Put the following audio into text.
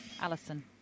Alison